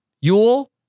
Yule